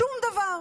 שום דבר.